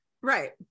right